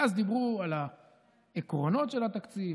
ואז דיברו על העקרונות של התקציב,